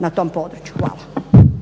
na tom području. Hvala.